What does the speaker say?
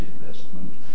investment